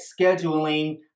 scheduling